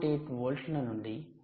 8 వోల్ట్ల నుండి 3